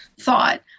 thought